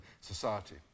society